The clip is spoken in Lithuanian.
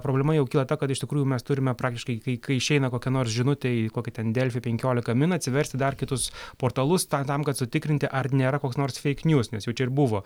problema jau kyla ta kad iš tikrųjų mes turime praktiškai kai kai išeina kokia nors žinutė į kokį ten delfi penkiolika min atsiversti dar kitus portalus tam tam kad sutikrinti ar nėra koks nors feik niuz nes jau čia ir buvo